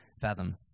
fathom